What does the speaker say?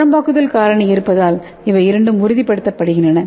குழம்பாக்குதல் காரணி இருப்பதால் இவை இரண்டும் உறுதிப்படுத்தப்படுகின்றன